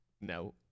No